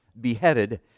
beheaded